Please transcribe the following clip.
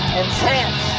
intense